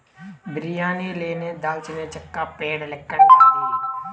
బిర్యానీ లేని దాల్చినచెక్క పేడ లెక్కుండాది